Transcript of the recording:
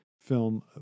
film